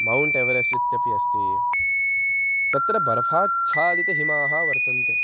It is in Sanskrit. मौण्ट् एवेरेस्ट् इत्यपि अस्ति तत्र बर्फ़ाच्छादितहिमाः वर्तन्ते